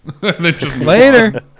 Later